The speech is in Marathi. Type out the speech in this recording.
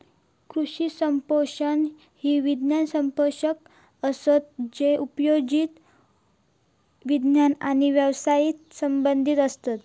कृषी संप्रेषक हे विज्ञान संप्रेषक असत जे उपयोजित विज्ञान आणि व्यवसायाशी संबंधीत असत